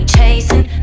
chasing